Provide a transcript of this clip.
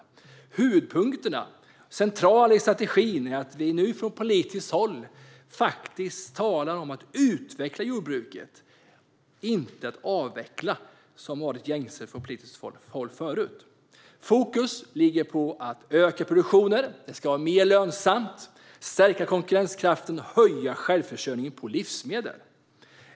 En av huvudpunkterna och centralt i strategin är att vi nu från politiskt håll talar om att utveckla jordbruket och inte att avveckla som varit gängse från politiskt håll förut. Fokus ligger på att öka produktionen. Det ska vara mer lönsamt. Det gäller att stärka konkurrenskraften och höja självförsörjningen på livsmedel.